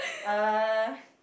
uh